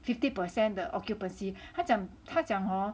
fifty percent 的 occupancy 他讲他讲 hor